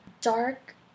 dark